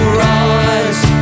rise